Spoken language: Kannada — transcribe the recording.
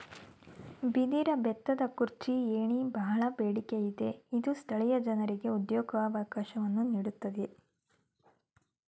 ಬಿದಿರ ಬೆತ್ತದ ಕುರ್ಚಿ, ಏಣಿ, ಬಹಳ ಬೇಡಿಕೆ ಇದೆ ಇದು ಸ್ಥಳೀಯ ಜನರಿಗೆ ಉದ್ಯೋಗವಕಾಶವನ್ನು ನೀಡುತ್ತಿದೆ